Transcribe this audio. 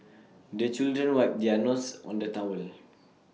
the children wipe their noses on the towel